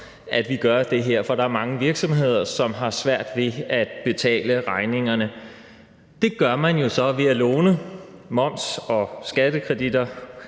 at vi gør det her. For der er mange virksomheder, som har svært ved at betale regningerne. Det gør man jo så ved at låne og at få moms- og skattekreditter.